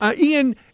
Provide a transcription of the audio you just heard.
Ian